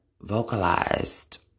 vocalized